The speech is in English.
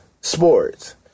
sports